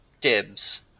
Dibs